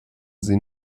sie